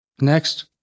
Next